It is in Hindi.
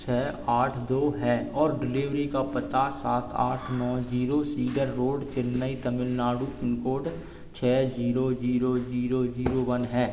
छः आठ दो है और डिलेभरी का पता सात आठ नौ zero cedar road Chennai Tamil Nadu pin code छः जीरो जीरो जीरो वन है